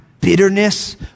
bitterness